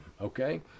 Okay